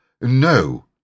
No